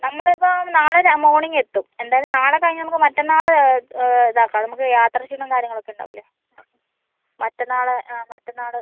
നമ്മൾ ഇപ്പം നാളെ മോർണിംഗ് എത്തും എന്തായാലും നാളെ കഴിഞ്ഞ് നമുക്ക് മറ്റന്നാൾ ഇതാക്കാം നമുക്ക് യാത്രാ ക്ഷീണോം കാര്യങ്ങളൊക്കെ ഉണ്ടാവൂലെ അപ്പം മറ്റന്നാൾ ആ മറ്റന്നാൾ